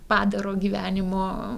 padaro gyvenimo